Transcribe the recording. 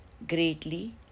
greatly